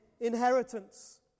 inheritance